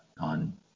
on